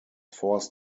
forced